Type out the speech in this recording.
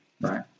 Right